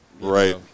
Right